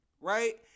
right